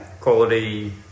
Quality